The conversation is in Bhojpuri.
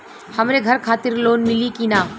हमरे घर खातिर लोन मिली की ना?